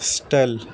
style